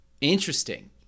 interesting